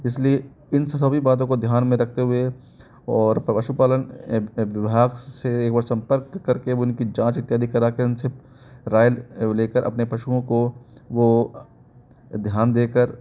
इसलिए इन सभी बातों को ध्यान में रखते हुए और पशु पालन विभाग से वो संपर्क करके उनकी जाँच इत्यादि कराके उनसे राय लेकर अपने पशुओं को वो ध्यान देकर